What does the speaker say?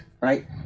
right